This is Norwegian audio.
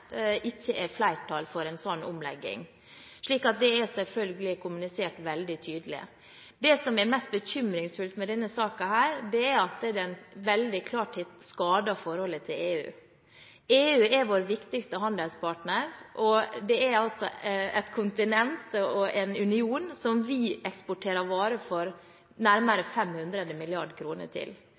ikke er flertall for en slik omlegging. Det er selvfølgelig kommunisert veldig tydelig. Det som er mest bekymringsfullt med denne saken, er at den veldig klart har skadet forholdet til EU. EU er vår viktigste handelspartner, og det er et kontinent og en union som vi eksporterer varer til for nærmere 500 mrd. kr. Derfor er det ikke uten betydning at vi har et godt forhold til EU, og det kommer vi til